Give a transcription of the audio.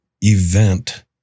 event